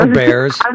bears